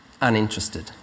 uninterested